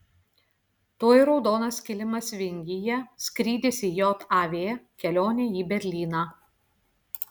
tuoj raudonas kilimas vingyje skrydis į jav kelionė į berlyną